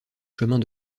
chemins